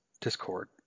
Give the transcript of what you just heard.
Discord